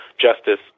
Justice